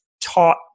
taught